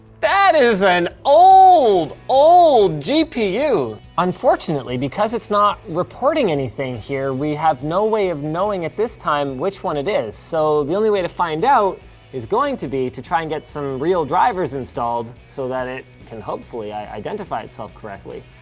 that is an old, old gpu. unfortunately, because it's not reporting anything here, we have no way of knowing at this time which one it is. so, the only way to find out is going to be to try and get some real drivers installed so that it can hopefully identify itself correctly.